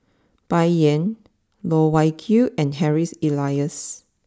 Bai Yan Loh Wai Kiew and Harry Elias